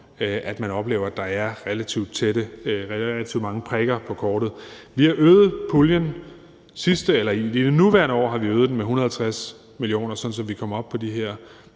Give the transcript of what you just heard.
man oplever at der er relativt mange prikker på kortet. Vi har øget puljen, og i det nuværende år har vi øget den med 150 mio. kr., sådan at vi kom op på de her